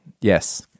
Yes